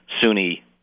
Sunni